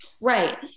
Right